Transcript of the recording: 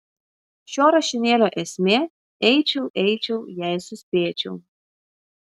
šio rašinėlio esmė eičiau eičiau jei suspėčiau